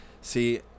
See